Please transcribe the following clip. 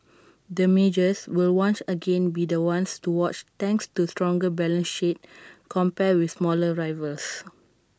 the majors will once again be the ones to watch thanks to stronger balance sheets compared with smaller rivals